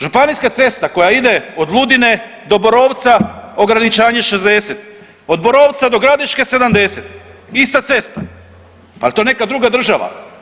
Županijska cesta koja ide od Ludine do Borovca ograničenje 60, od Borovca do Gradiške 70, ista cesta, al je to neka druga država?